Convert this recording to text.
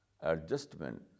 adjustment